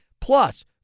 Plus